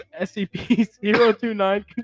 SCP-029